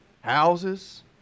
Houses